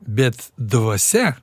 bet dvasia